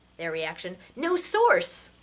their reaction no source!